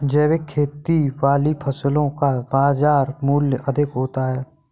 जैविक खेती वाली फसलों का बाजार मूल्य अधिक होता है